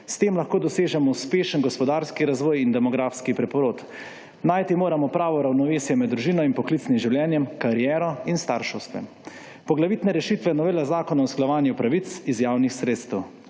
S tem lahko dosežemo uspešen gospodarski razvoj in demografski preporod. Najti moramo pravo ravnovesje med družino in poklicnim življenjem, kariero in starševstvom. Poglavitne rešitve novele Zakona o usklajevanju pravic iz javnih sredstev.